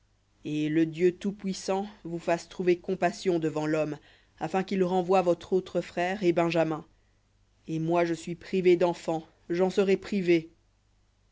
et le dieu tout-puissant vous fasse trouver compassion devant l'homme afin qu'il renvoie votre autre frère et benjamin et moi si je suis privé d'enfants j'en serai privé